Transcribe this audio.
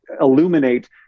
illuminate